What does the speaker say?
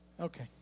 Okay